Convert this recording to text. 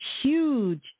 huge